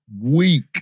weak